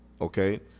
Okay